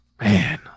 Man